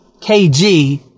KG